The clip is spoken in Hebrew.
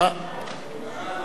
(תיקון מס'